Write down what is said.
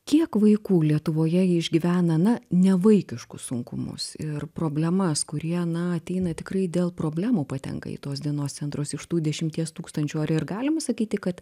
kiek vaikų lietuvoje išgyvena na nevaikiškus sunkumus ir problemas kurie na ateina tikrai dėl problemų patenka į tos dienos centrus iš tų dešimties tūkstančių ar ir galima sakyti kad